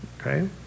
Okay